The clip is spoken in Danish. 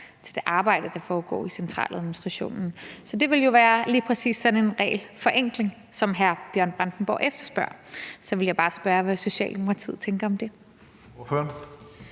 til det arbejde, der foregår i centraladministrationen. Så det ville jo lige præcis være sådan en regelforenkling, som hr. Bjørn Brandenborg efterspørger. Så ville jeg bare spørge, hvad Socialdemokratiet tænker om det.